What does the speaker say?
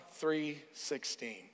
3.16